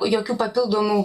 jokių papildomų